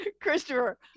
Christopher